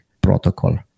protocol